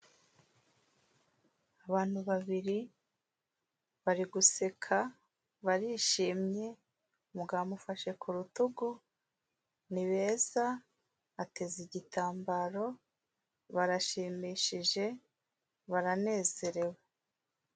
Abantu babiri bari guseka, barishimye, umugabo amufashe ku rutugu, ni beza, ateze igitambaro, barashimishije, baranezerewe.